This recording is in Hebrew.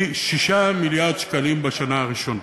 היא 6 מיליארד שקלים בשנה הראשונה.